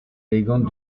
élégante